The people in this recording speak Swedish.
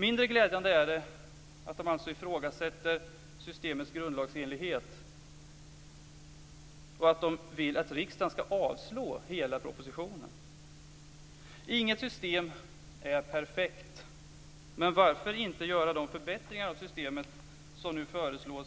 Mindre glädjande är att de ifrågasätter systemets grundlagsenlighet och att de vill att riksdagen skall avslå hela propositionen. Inget system är perfekt. Men varför inte göra de förbättringar av systemet som nu föreslås